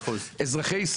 מגדילים את הארנונה.